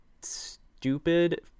stupid